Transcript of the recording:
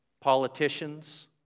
Politicians